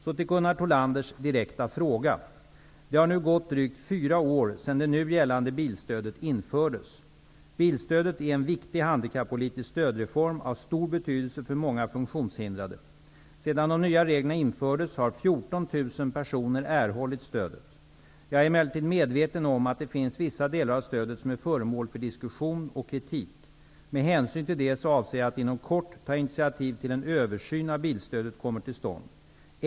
Så till Gunnar Thollanders direkta fråga. Det har nu gått drygt fyra år sedan det nu gällande bilstödet infördes. Bilstödet är en viktig handikappolitisk stödform av stor betydelse för många funktionshindrade. Sedan de nya reglerna infördes har 14 000 personer erhållit stödet. Jag är emellertid medveten om att det finns vissa delar av stödet som är föremål för diskussion och kritik. Med hänsyn till det avser jag att inom kort ta initiativ till att en översyn av bilstödet kommer till stånd.